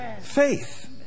faith